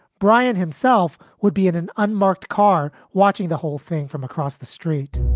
bryant himself would be in an unmarked car watching the whole thing from across the street